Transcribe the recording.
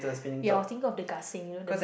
ya I was thinking of the gasing you know the